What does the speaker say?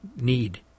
need